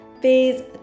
Phase